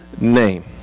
name